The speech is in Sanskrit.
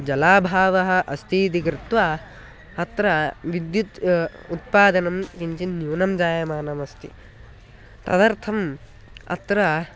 जलाभावः अस्ति इति कृत्वा अत्र विद्युत् उत्पादनं किञ्चित् न्यूनं जायमानमस्ति तदर्थम् अत्र